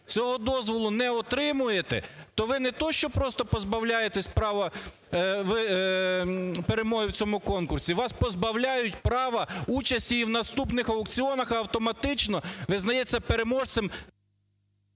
цього дозволу не отримуєте, то ви не те, що ви просто позбавляєтесь права перемоги в цьому конкурсі, вас позбавляють права участі і в наступних аукціонах. І автоматично визнається переможцем…